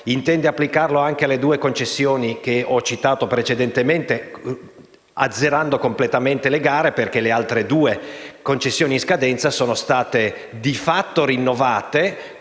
Intende applicarlo anche alle due concessioni che ho citato precedentemente, azzerando praticamente le gare, perché le altre due concessioni in scadenza sono state, di fatto, rinnovate